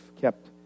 kept